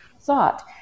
thought